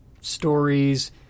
stories